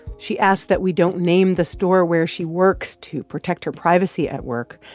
she asks that we don't name the store where she works to protect her privacy at work.